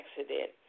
accident